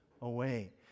away